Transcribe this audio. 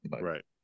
Right